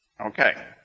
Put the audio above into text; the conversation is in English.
Okay